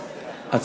מישהו?